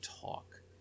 talk